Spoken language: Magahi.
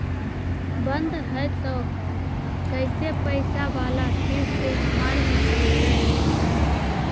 बन्द हैं त कैसे पैसा बाला फिर से हमर निकलतय?